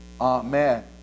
Amen